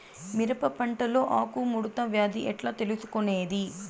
మిరప పంటలో ఆకు ముడత వ్యాధి ఎట్లా తెలుసుకొనేది?